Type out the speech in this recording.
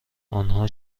آنها